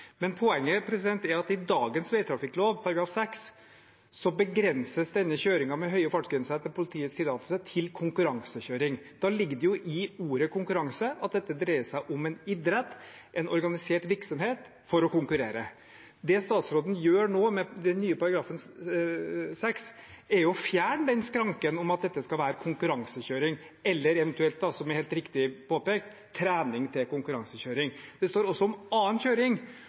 Poenget er at i dagens veitrafikklov § 6 begrenses denne kjøringen med høye fartsgrenser etter politiets tillatelse til konkurransekjøring. Da ligger det jo i ordet konkurranse at dette dreier seg om en idrett, en organisert virksomhet for å konkurrere. Det statsråden gjør nå, med den nye § 6, er jo å fjerne skranken om at dette skal være konkurransekjøring eller eventuelt, som det helt riktig er påpekt, trening til konkurransekjøring. Det står også om annen kjøring,